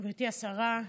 גברתי השרה,